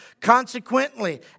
Consequently